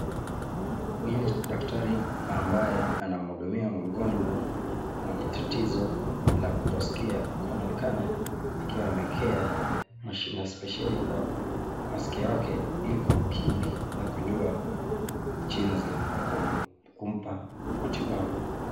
Huyu ni daktari ambaye anamhudumia mgonjwa mwenye tatizo la kutosikia ukionekana akiwa amewekea mashine spesheli kwa masikio yake ili kukidhi na kujua jinzi ya kumpa matibabu.